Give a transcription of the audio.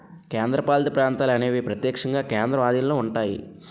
కేంద్రపాలిత ప్రాంతాలు అనేవి ప్రత్యక్షంగా కేంద్రం ఆధీనంలో ఉంటాయి